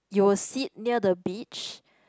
you will sit near the beach